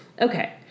Okay